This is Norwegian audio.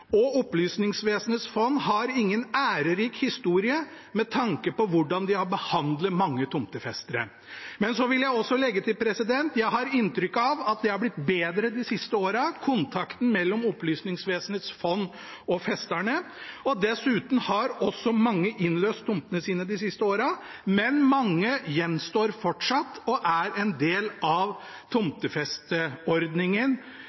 og Opplysningsvesenets fond har ingen ærerik historie med tanke på hvordan de har behandlet mange tomtefestere. Så vil jeg også legge til at jeg har inntrykk av at kontakten mellom Opplysningsvesenets fond og festerne har blitt bedre de siste årene, og dessuten har mange innløst tomtene sine de siste årene, men mange gjenstår fortsatt og er en del av